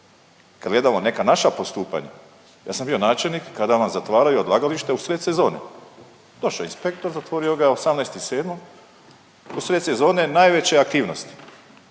Kad gledamo neka naša postupanja, ja sam bio načelnik kada vam zatvaraju odlagalište u sred sezone. Došao je inspektor, zatvorio ga je 18.7. u sred sezone, najveće aktivnosti.